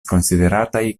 konsiderataj